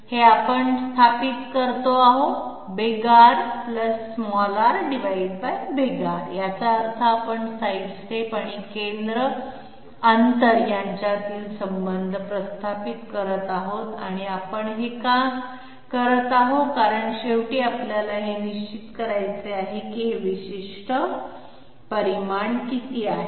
हे आपण स्थापित करत आहोत याचा अर्थ आपण साइडस्टेप आणि केंद्र अंतर यांच्यातील संबंध प्रस्थापित करत आहोत आपण हे का करत आहोत कारण शेवटी आपल्याला हे निश्चित करायचे आहे की हे विशिष्ट परिमाण किती आहे